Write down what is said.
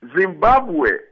Zimbabwe